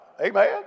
Amen